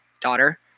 Daughter